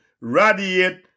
radiate